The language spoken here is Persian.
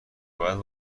باید